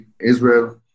Israel